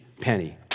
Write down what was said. penny